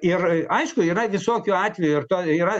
ir aišku yra visokių atvejų ir to yra